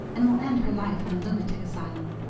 and will end her life in a lunatic asylum.